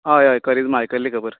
हय हय करिज्मा आयकल्ली खबर